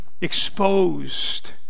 exposed